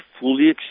fully